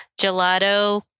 gelato